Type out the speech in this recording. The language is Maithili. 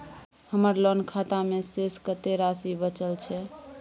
हमर लोन खाता मे शेस कत्ते राशि बचल छै?